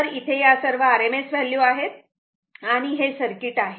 तर इथे या सर्व RMS व्हॅल्यू आहे आणि हे सर्किट आहे